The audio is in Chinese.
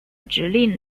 指令